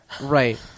Right